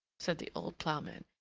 said the old ploughman,